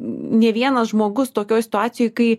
ne vienas žmogus tokioj situacijoj kai